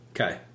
Okay